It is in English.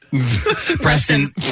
Preston